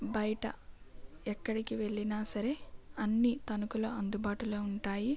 బయట ఎక్కడికి వెళ్ళినా సరే అన్నీ తణుకులో అందుబాటులో ఉంటాయి